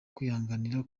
kwihanganira